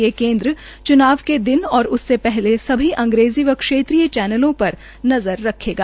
ये केनद्र च्नाव के दिन व उससे पहले सभी अंग्रेजी और क्षेत्रीय चैनलों पर नज़र रखेगा